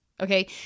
Okay